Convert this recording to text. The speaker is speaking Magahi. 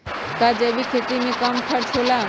का जैविक खेती में कम खर्च होला?